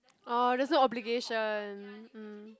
orh there's no obligation hmm